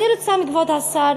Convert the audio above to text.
אני רוצה מכבוד השר